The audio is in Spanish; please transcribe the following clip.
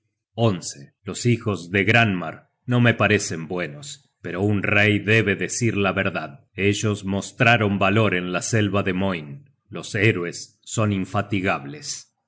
los hijos de granmar no me parecen buenos pero un rey debe decir la verdad ellos mostraron valor en la selva de moin los héroes son infatigables